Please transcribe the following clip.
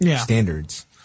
standards